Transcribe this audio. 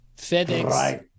FedEx